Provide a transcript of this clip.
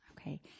Okay